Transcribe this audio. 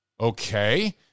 Okay